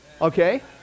okay